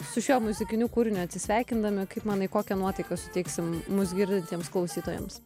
su šiuo muzikiniu kūriniu atsisveikindami kaip manai kokią nuotaiką suteiksim mus girdintiems klausytojams